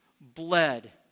bled